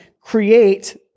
create